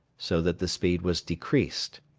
so that the speed was decreased.